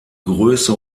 größe